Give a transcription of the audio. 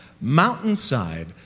mountainside